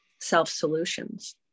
self-solutions